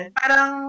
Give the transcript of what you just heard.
parang